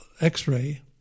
X-ray